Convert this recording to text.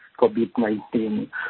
COVID-19